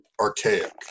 archaic